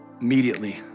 immediately